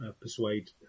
persuade